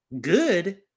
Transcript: good